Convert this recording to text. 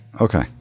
okay